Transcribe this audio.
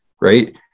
right